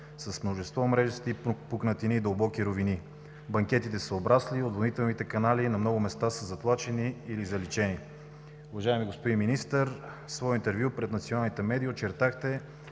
с множество мрежести пукнатини и дълбоки ровини. Банкетите са обрасли, отводнителните канали на много места са затлачени или заличени. Уважаеми господин Министър, в свое интервю пред националните медии очертахте